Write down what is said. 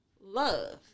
love